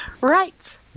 Right